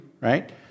right